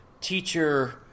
teacher